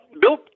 Bill